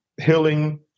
healing